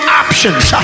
options